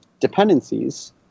dependencies